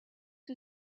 who